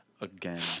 again